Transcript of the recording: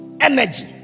energy